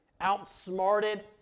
outsmarted